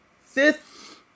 fifth